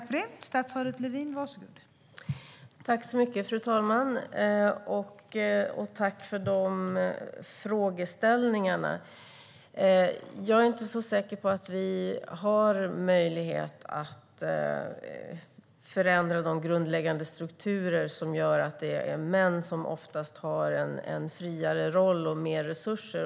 Fru talman! Tack för frågeställningarna, Lotta Finstorp! Jag är inte så säker på att vi har möjlighet att förändra de grundläggande strukturer som gör att det är män som oftast har en friare roll och mer resurser.